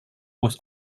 was